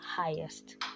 highest